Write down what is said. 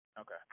Okay